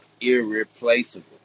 irreplaceable